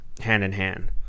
hand-in-hand